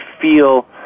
feel